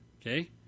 Okay